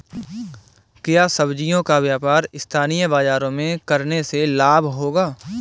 क्या सब्ज़ियों का व्यापार स्थानीय बाज़ारों में करने से लाभ होगा?